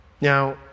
Now